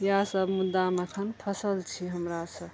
इएह सब मुद्दामे अखन फँसल छी हमरा सब